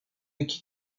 iki